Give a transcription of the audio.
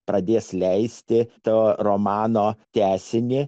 pradės leisti to romano tęsinį